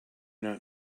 not